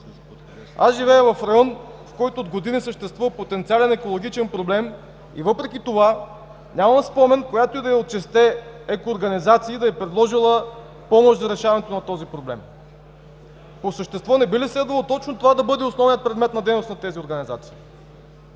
Аз живея в район, в който от години съществува потенциален екологичен проблем и въпреки това нямам спомен, която и да е от шестте екоорганизации да е предложила полза за решаването на този проблем. По същество не би ли следвало точно това да бъде основен предмет на дейност на тези организации?